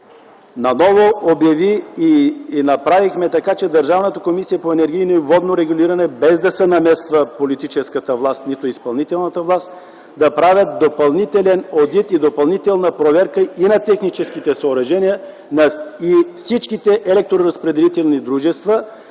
наново обяви и направихме така, че Държавната комисия по енергийно и водно регулиране, без да се намесва политическата власт, нито изпълнителната власт, да прави допълнителен одит и допълнителна проверка и на техническите съоръжения, и на всички електроразпределителни дружества.